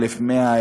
1,100,